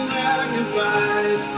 magnified